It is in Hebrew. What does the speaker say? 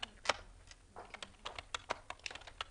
כן.